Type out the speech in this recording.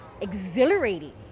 exhilarating